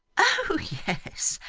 oh yes,